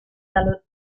dallo